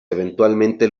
eventualmente